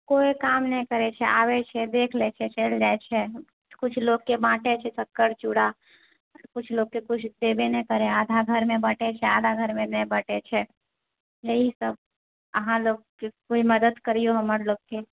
केओ काम नहि करैत छै आबैत छै देखि लए छै चलि जाइत छै किछु लोककेँ बाँटए छै शक्कर चूड़ा किछु लोककेँ किछु देबए नहि करए आधा घरमे बाँटए छै आधा घरमे नहि बाँटए छै इएह सब अहाँ लोक कोइ मदद करिऔ हमर लोककेँ